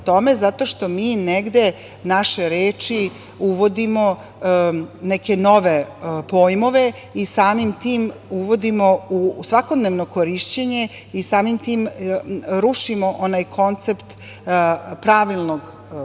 zato što mi negde naše reči uvodimo neke nove pojmove u svakodnevno korišćenje i samim tim rušimo onaj koncept pravilnog govora